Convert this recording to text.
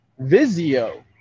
Vizio